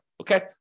Okay